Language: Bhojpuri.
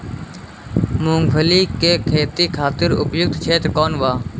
मूँगफली के खेती खातिर उपयुक्त क्षेत्र कौन वा?